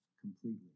completely